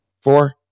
four